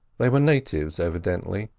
they were natives, evidently,